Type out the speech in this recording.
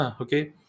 okay